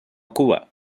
cuba